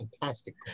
fantastic